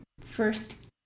first